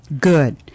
Good